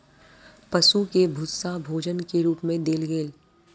पशु के भूस्सा भोजन के रूप मे देल गेल